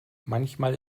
manchmal